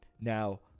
Now